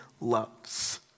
loves